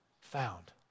Found